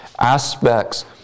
aspects